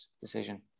decision